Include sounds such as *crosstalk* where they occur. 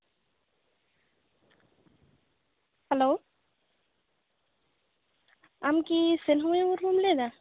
hello ᱟᱢ ᱠᱤ *unintelligible* ᱢᱩᱨᱢᱩᱢ ᱞᱟᱹᱭ ᱮᱫᱟ